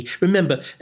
Remember